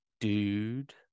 dude